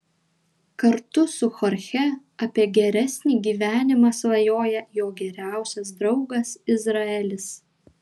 kartu su chorche apie geresnį gyvenimą svajoja jo geriausias draugas izraelis